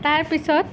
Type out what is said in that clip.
তাৰ পিছত